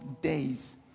days